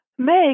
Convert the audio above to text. make